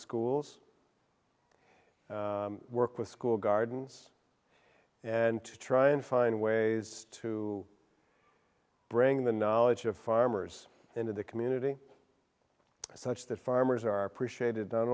schools work with school gardens and to try and find ways to bring the knowledge of farmers into the community such that farmers are appreciated